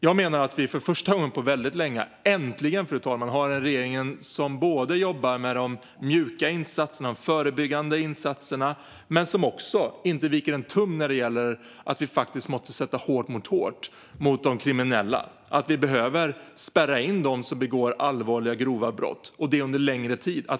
Jag menar att vi för första gången på väldigt länge äntligen har en regering som både jobbar med de mjuka insatserna, de förebyggande insatserna, och inte viker en tum när det gäller att faktiskt sätta hårt mot hårt mot de kriminella. Vi behöver spärra in dem som begår allvarliga grova brott, och det under en längre tid.